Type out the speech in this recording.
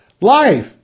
life